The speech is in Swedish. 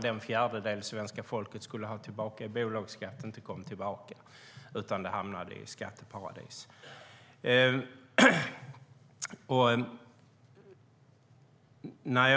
Den fjärdedel svenska folket skulle ha tillbaka i bolagskatt kom alltså inte tillbaka utan hamnade i skatteparadis.